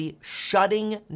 shutting